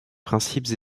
principes